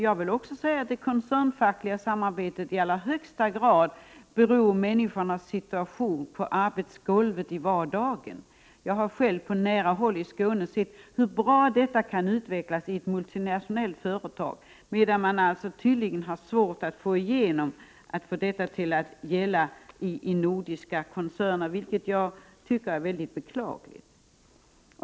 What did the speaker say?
Jag vill även framhålla att det koncernfackliga samarbetet i allra högsta grad berör människornas situation på arbetsgolvet, i vardagen. Jag har själv på nära håll i Skåne sett hur bra detta kan utvecklas i ett multinationellt företag, medan man tydligen haft svårt att få till stånd motsvarande förhållanden i nordiska koncerner, något som jag tycker är mycket beklagligt.